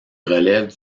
relève